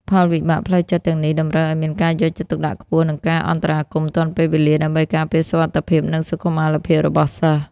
ផលវិបាកផ្លូវចិត្តទាំងនេះតម្រូវឱ្យមានការយកចិត្តទុកដាក់ខ្ពស់ និងការអន្តរាគមន៍ទាន់ពេលវេលាដើម្បីការពារសុវត្ថិភាព និងសុខុមាលភាពរបស់សិស្ស។